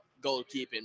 goalkeeping